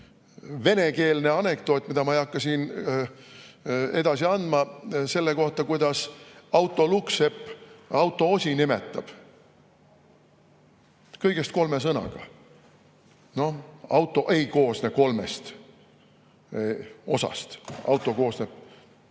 venekeelne anekdoot, mida ma ei hakka siin edasi andma, selle kohta, kuidas autolukksepp autoosi nimetab – kõigest kolme sõnaga. Noh, auto ei koosne kolmest osast, auto koosneb